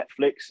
netflix